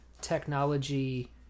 Technology